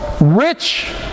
rich